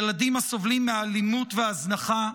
ילדים הסובלים מאלימות והזנחה,